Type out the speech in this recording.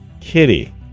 Kitty